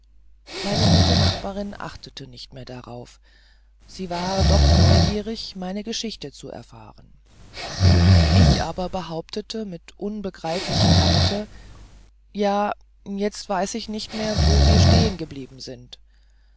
meine gute nachbarin achtete nicht mehr darauf sie war doch neugierig meine geschichte zu erfahren ich aber behauptete mit unbegreiflicher härte ja jetzt weiß ich nicht mehr wo wir stehen geblieben sind